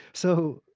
so,